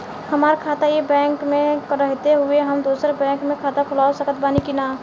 हमार खाता ई बैंक मे रहते हुये हम दोसर बैंक मे खाता खुलवा सकत बानी की ना?